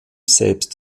selbst